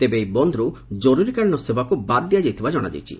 ତେବେ ଏହି ବନ୍ଦରୁ ଜରୁରୀକାଳୀନ ସେବାକୁ ବାଦ୍ ଦିଆଯାଇଥିବା ଜଶାଯାଇଛି